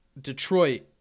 Detroit